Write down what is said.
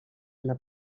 una